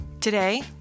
Today